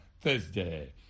thursday